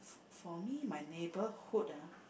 for me my neighbourhood ah